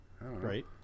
right